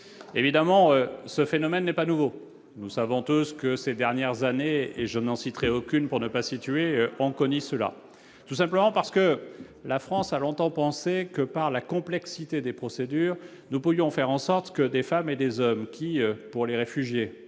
évidemment ce phénomène n'est pas nouveau, nous savons tous que ces dernières années et je n'en citerai aucune pour ne pas situer on connaît cela tout simplement parce que la France a longtemps pensé que par la complexité des procédures, nous pourrions faire en sorte que des femmes et des hommes qui, pour les réfugiés